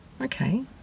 okay